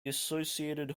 associated